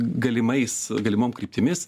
galimais galimom kryptimis